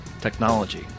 technology